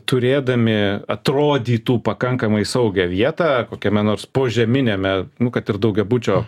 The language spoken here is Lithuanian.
turėdami atrodytų pakankamai saugią vietą kokiame nors požeminiame nu kad ir daugiabučio